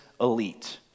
elite